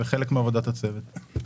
זה חלק מעבודת הצוות.